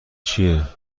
چیه